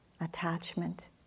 attachment